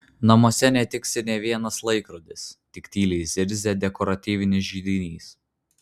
namuose netiksi nė vienas laikrodis tik tyliai zirzia dekoratyvinis židinys